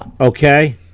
okay